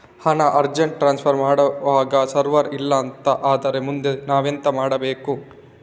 ಹಣ urgent transfer ಮಾಡ್ವಾಗ server ಇಲ್ಲಾಂತ ಆದ್ರೆ ಮುಂದೆ ನಾವೆಂತ ಮಾಡ್ಬೇಕು?